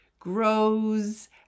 grows